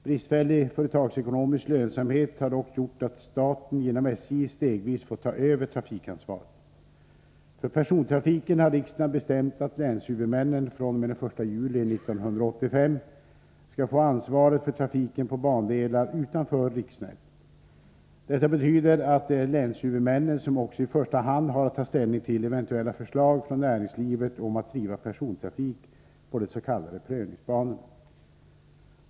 Bristfällig företagsekonomisk lönsamhet har dock gjort att staten genom SJ stegvis fått ta över trafikansvaret. För persontrafiken har riksdagen bestämt att länshuvudmännen fr.o.m. den 1 juli 1985 skall få ansvaret för trafiken på bandelar utanför riksnätet. Detta betyder att det är länshuvudmännen som också i första hand har att ta ställning till eventuella förslag från näringslivet om att driva persontrafik på de s.k. prövningsbanorna.